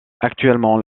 actuellement